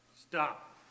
Stop